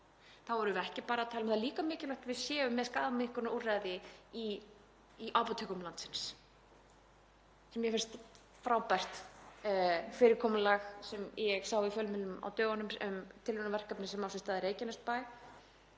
Þá erum við ekki bara að tala um — það er líka mikilvægt að við séum með skaðaminnkunarúrræði í apótekum landsins. Mér finnst frábært fyrirkomulag sem ég sá í fjölmiðlum á dögunum, tilraunaverkefni sem á sér stað í Reykjanesbæ